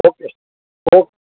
okay okay